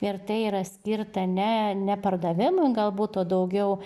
ir tai yra skirta ne ne pardavimui galbūt o daugiau